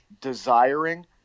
desiring